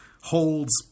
holds